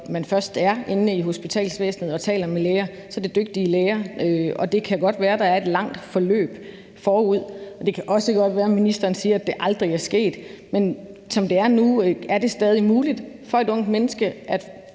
man først er inde i hospitalsvæsenet og taler med læger, er det dygtige læger. Det kan godt være, at der er et langt forløb forud, og det kan også godt være, at ministeren siger, at det aldrig er sket, men som det er nu, er det stadig muligt for et ungt menneske at